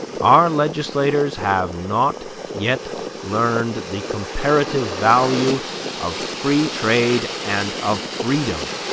our legislators have not yet learned the comparative value of free trade and of freedom,